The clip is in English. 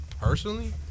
Personally